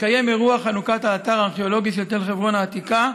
התקיים אירוע חנוכת האתר הארכיאולוגי של תל חברון העתיקה,